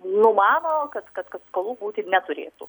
numano kad kad kad skolų būti neturėtų